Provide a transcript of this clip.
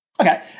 Okay